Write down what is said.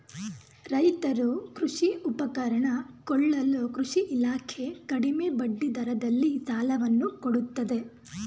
ರೈತರು ಕೃಷಿ ಉಪಕರಣ ಕೊಳ್ಳಲು ಕೃಷಿ ಇಲಾಖೆ ಕಡಿಮೆ ಬಡ್ಡಿ ದರದಲ್ಲಿ ಸಾಲವನ್ನು ಕೊಡುತ್ತದೆ